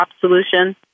solution